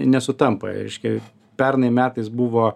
nesutampa reiškia pernai metais buvo